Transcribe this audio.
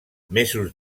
mesos